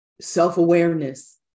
Self-awareness